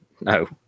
No